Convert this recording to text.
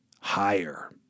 higher